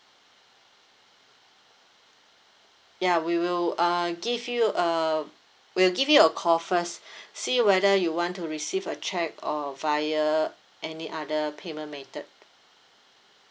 ya we will uh give you a we'll give you a call first see whether you want to receive a cheque or via any other payment method